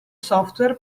software